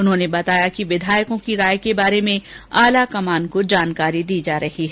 उन्होंने बताया कि विधायकों की राय के बारे में आलाकमान को जानकारी दी जा रही है